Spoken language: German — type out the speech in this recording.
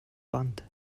band